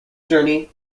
journey